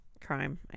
crime